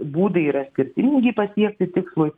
būdai yra skirtingi pasiekti tikslui